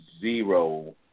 zero